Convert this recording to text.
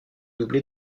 doublé